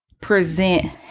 present